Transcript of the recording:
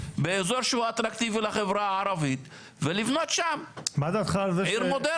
באזור שהוא אטרקטיבי לחברה הערבית ולבנות שם עיר מודרנית.